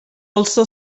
also